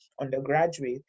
undergraduate